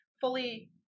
fully